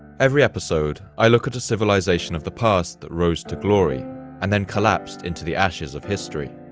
every episode i look at a civilization of the past that rose to glory and then collapsed into the ashes of history.